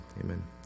amen